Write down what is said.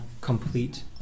complete